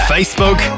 Facebook